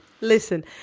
listen